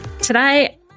Today